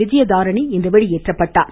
விஜயதரணி இன்று வெளியேற்றப்பட்டார்